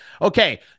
okay